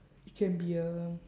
it can be a